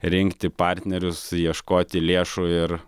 rinkti partnerius ieškoti lėšų ir